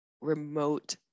remote